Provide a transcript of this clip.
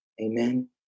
Amen